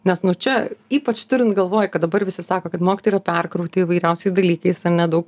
nes nuo čia ypač turint galvoj kad dabar visi sako kad mokytojai yra perkrauti įvairiausiais dalykais ane daug